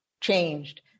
changed